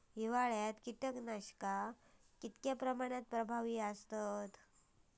हिवाळ्यात कीटकनाशका कीतक्या प्रमाणात प्रभावी असतत?